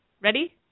Ready